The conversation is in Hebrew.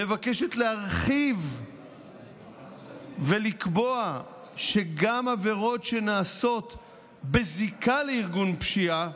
מבקשת להרחיב ולקבוע שגם עבירות שנעשות בזיקה לארגון פשיעה,